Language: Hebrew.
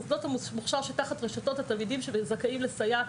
מוסדות המוכש"ר שתחת רשתות התלמידים שזכאים לסייעת,